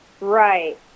Right